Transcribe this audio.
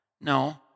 No